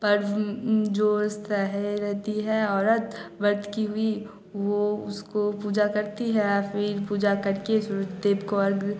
पर्व जो शहर रहती है औरत व्रत की हुई वह उसको पूजा करती है या फ़िर पूजा करके सूरज देव को अग्र